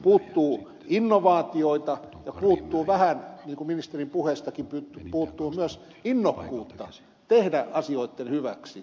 puuttuu innovaatioita puuttuu vähän niin kuin ministerin puheestakin puuttuu myös innokkuutta tehdä asioitten hyväksi